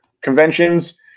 conventions